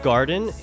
Garden